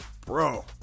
bro